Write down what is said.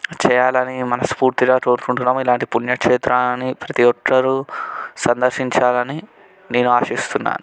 చేయాలని మనస్ఫూర్తిగా కోరుకుంటున్నాము ఇలాంటి పుణ్యక్షేత్రాన్ని ప్రతీ ఒక్కరూ సందర్శించాలని నేను ఆశిస్తున్నాను